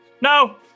no